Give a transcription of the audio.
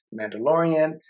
Mandalorian